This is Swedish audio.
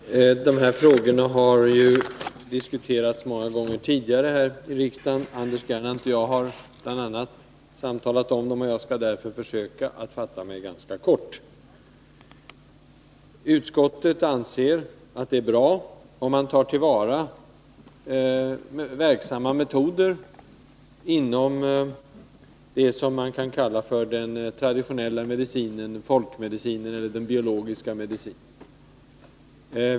Herr talman! De här frågorna har diskuterats många gånger tidigare i riksdagen. Bl. a. Anders Gernandt och jag har samtalat om dem. Jag skall därför försöka att fatta mig kort. Utskottet anser att det är bra att ta till vara verksamma metoder inom vad man kan kalla för den traditionella medicinen, folkmedicinen eller den biologiska medicinen.